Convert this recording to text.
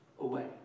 away